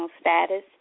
status